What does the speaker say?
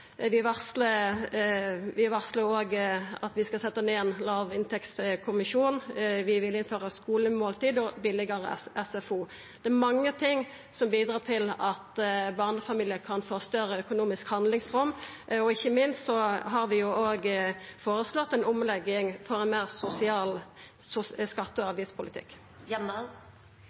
vi varslar òg at vi skal setja ned ein låginntektskommisjon, og vi vil innføra skulemåltid og billegare SFO. Det er mange ting som bidrar til at barnefamiliar kan få større økonomisk handlingsrom. Ikkje minst har vi òg føreslått ei omlegging til ein meir sosial skatte- og avgiftspolitikk.